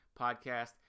podcast